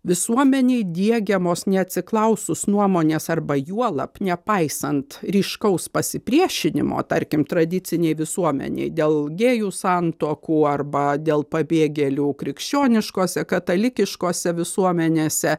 visuomenei diegiamos neatsiklausus nuomonės arba juolab nepaisant ryškaus pasipriešinimo tarkim tradicinėj visuomenėj dėl gėjų santuokų arba dėl pabėgėlių krikščioniškose katalikiškose visuomenėse